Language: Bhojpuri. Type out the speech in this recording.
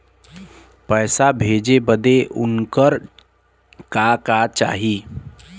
पैसा भेजे बदे उनकर का का चाही?